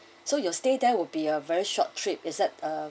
so your stay there will be a very short trip is that uh